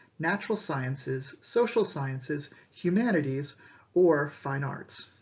natural sciences social sciences, humanities or fine arts